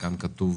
וכאן כתוב